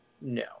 No